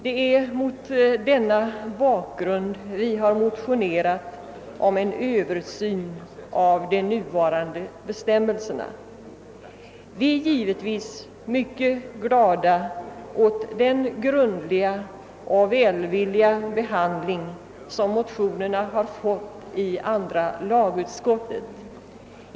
Det är mot denna bakgrund som vi har motionerat om en översyn av de nuvarande bestämmelserna. Vi är givetvis mycket glada över den srundliga och välvilliga behandling som motionerna har fått i andra lag utskottet.